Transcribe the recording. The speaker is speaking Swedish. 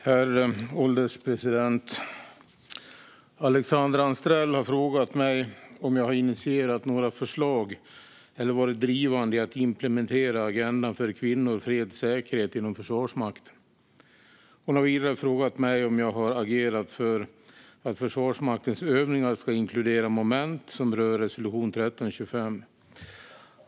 Herr ålderspresident! Alexandra Anstrell har frågat mig om jag har initierat några förslag eller varit drivande i att implementera agendan för kvinnor, fred och säkerhet inom Försvarsmakten. Hon har vidare frågat mig om jag har agerat för att Försvarsmaktens övningar ska inkludera moment som rör resolution 1325.